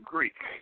Greek